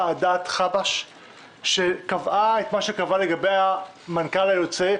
הייתה ועדת חבש שקבעה את מה שקבעה לגבי המנכ"ל היוצא,